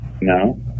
No